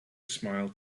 smiled